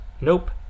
nope